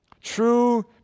True